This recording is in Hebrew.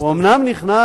הוא אומנם נכנס